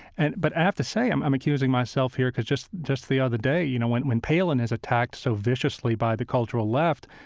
and but i have to say, i'm i'm accusing myself here, because just just the other day you know when when palin is attacked so viciously by the cultural left,